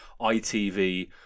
ITV